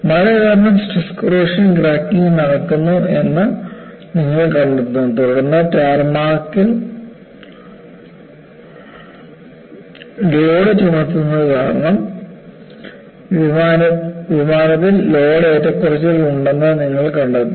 മഴ കാരണം stress corrosion cracking നടക്കുന്നു എന്ന് നിങ്ങൾ കണ്ടെത്തുന്നു തുടർന്ന് ടാർമാക്കിൽ ലോഡ് ചുമത്തുന്നത് കാരണം വിമാനത്തിൽ ലോഡ് ഏറ്റക്കുറച്ചിലുകൾ ഉണ്ടെന്ന് നിങ്ങൾ കണ്ടെത്തുന്നു